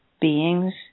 beings